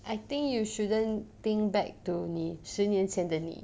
I think you shouldn't think back to 你十年前的你